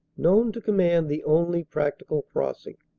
known to command the only practical crossing.